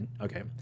Okay